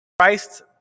Christ